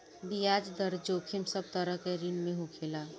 बियाज दर जोखिम सब तरह के ऋण में होखेला